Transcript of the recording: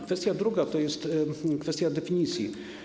Kwestia druga to jest kwestia definicji.